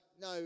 no